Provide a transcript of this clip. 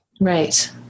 Right